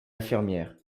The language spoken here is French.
infirmière